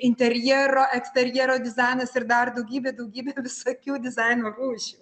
interjero eksterjero dizainas ir dar daugybė daugybė visokių dizaino rūšių